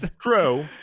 true